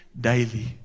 daily